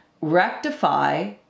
rectify